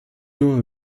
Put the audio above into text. nur